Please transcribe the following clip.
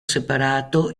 separato